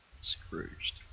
Scrooged